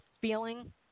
feeling